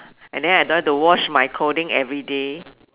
and then I don't want to wash my clothing everyday